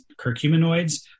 curcuminoids